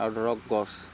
আৰু ধৰক গছ